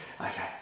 Okay